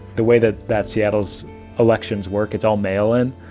the way that that seattle's elections work, it's all mail in,